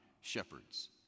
shepherds